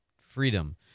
freedom